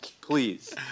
please